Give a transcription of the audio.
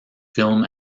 film